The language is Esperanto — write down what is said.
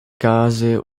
kaze